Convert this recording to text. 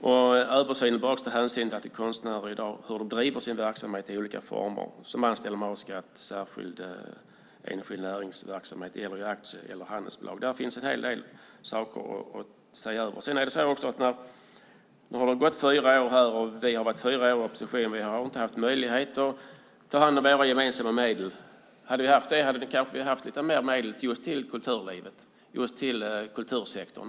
Översynen bör också ta hänsyn till hur konstnärer i dag driver sin verksamhet i olika former, som anställda med A-skatt, som enskild näringsverksamhet, i aktiebolag eller i handelsbolag. Det finns en hel del att se över. Nu har det gått fyra år, och vi har varit i opposition i fyra år och har inte haft möjlighet att ta hand om våra gemensamma medel. Om vi hade haft det hade vi kanske haft lite mer medel just till kulturlivet och till kultursektorn.